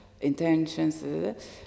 intentions